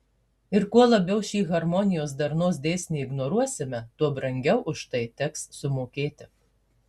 ir kuo labiau šį harmonijos darnos dėsnį ignoruosime tuo brangiau už tai teks sumokėti